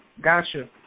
Gotcha